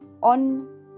on